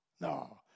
No